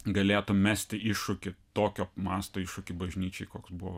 galėtų mesti iššūkį tokio masto iššūkį bažnyčiai koks buvo